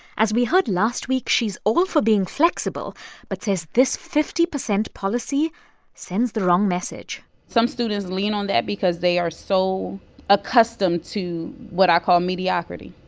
as we heard last week, she's all for being flexible but says this fifty percent policy sends the wrong message some students lean on that because they are so accustomed to what i call mediocrity.